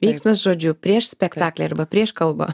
veiksmas žodžiu prieš spektaklį arba prieš kalbą